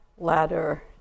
ladder